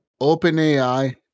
OpenAI